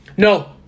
No